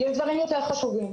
יש דברים יותר חשובים,